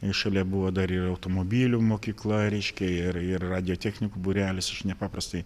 šalia buvo dar ir automobilių mokykla reiškia ir ir radiotechnikų būrelis aš nepaprastai